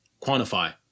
quantify